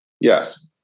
Yes